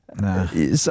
No